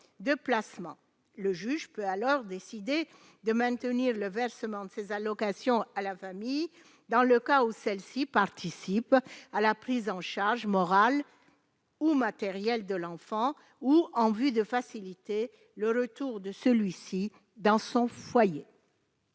le juge peut alors décider de maintenir le versement de ces allocations à la famille, dans le cas où celles-ci participent à la prise en charge morale ou matérielle de l'enfant ou en vue de faciliter le retour de celui-ci dans son foyer.